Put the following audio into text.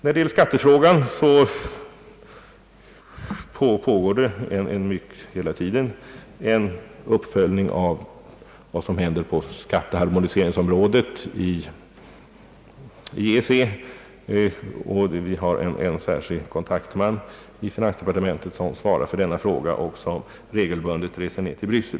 I skattefrågan pågår en fortlöpande uppföljning av vad som händer på skatteharmoniseringens område i EEC. Vi har en särskild kontaktman i finansdepartementet som svarar för denna fråga och som regelbundet reser till Bryssel.